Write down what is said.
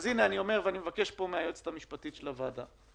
אז הינה, אני מבקש מהיועצת המשפטית של הוועדה